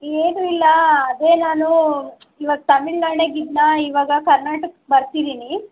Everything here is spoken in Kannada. ಏನೂ ಇಲ್ಲ ಅದೇ ನಾನು ಇವಾಗ ತಮಿಳುನಾಡಾಗ ಇದ್ದೆನ ಇವಾಗ ಕರ್ನಾಟಕಕ್ಕೆ ಬರ್ತಿದ್ದೀನಿ